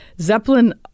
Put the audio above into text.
Zeppelin